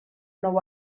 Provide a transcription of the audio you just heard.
nou